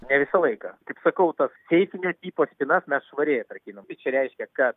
ne visą laiką kaip sakau tas seifinio tipo spynas mes švariai atrakinam tai čia reiškia kad